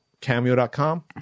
cameo.com